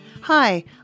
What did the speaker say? Hi